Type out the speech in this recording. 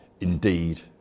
indeed